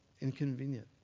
inconvenient